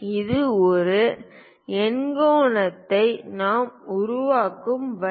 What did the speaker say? இது ஒரு எண்கோணத்தை நாம் உருவாக்கும் வழி